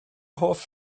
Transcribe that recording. hoff